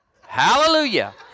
Hallelujah